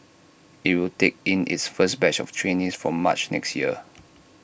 IT will take in its first batch of trainees from March next year